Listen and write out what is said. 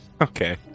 Okay